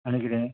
आनी कितें